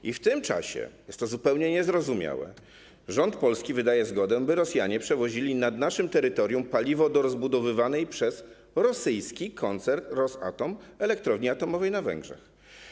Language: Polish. I w tym czasie, jest to zupełnie niezrozumiałe, rząd polski wydaje zgodę, by Rosjanie przewozili nad naszym terytorium paliwo do rozbudowywanej przez rosyjski koncern Rosatom elektrowni atomowej na Węgrzech.